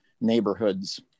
neighborhoods